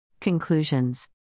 Conclusions